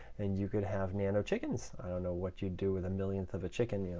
and you could have nano chickens. i don't know what you'd do with a millionth of a chicken.